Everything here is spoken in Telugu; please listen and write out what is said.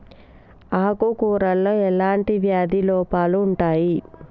ఆకు కూరలో ఎలాంటి వ్యాధి లోపాలు ఉంటాయి?